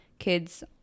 Kids